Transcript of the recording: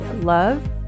love